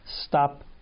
stop